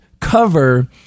cover